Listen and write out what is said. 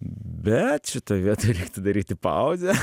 bet šitoj vietoj reiktų daryti pauzę